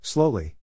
Slowly